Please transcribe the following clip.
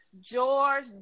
George